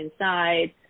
inside